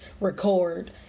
record